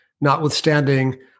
notwithstanding